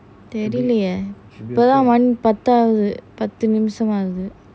தெரிலையே இப்போ தான் பாத்து ஆகுது பாத்து நிமிஷம் ஆகுது:terilayae ipo thaan pathu aaguthu pathu nimisam aaguthu